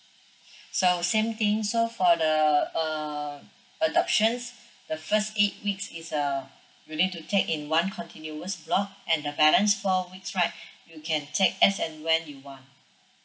so same thing so for the uh adoptions the first eight weeks is err you need to take in one continuous block and the balance four weeks right you can take as and when you want